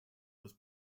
was